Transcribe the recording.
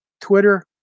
Twitter